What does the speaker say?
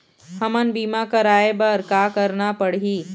हमन बीमा कराये बर का करना पड़ही?